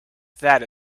that